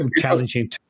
challenging